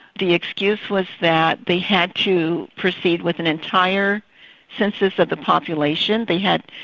the excuse was that they had to proceed with an entire census of the population, they had,